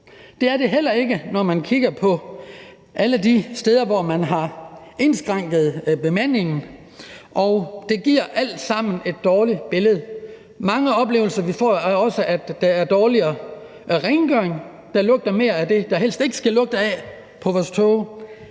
Det er det heller ikke, når man kigger på alle de steder, hvor man har indskrænket bemandingen. Og det giver alt sammen et dårligt billede. Mange af de oplevelser, vi får besked om, er også, at der er dårligere rengøring, der lugter mere af det, der helst ikke skal lugte af på vores toge.